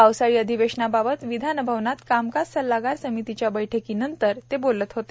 पावसाळी अधिवेशनाबाबत विधानभवनात कामकाज सल्लागार समितीच्या बैठकीनंतर ते बोलत होते